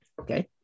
Okay